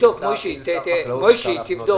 משה, תבדוק.